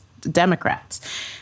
Democrats